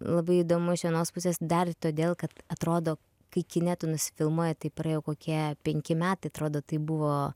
labai įdomu iš vienos pusės dar ir todėl kad atrodo kai kine nusifilmuoji tai praėjo kokie penki metai atrodo tai buvo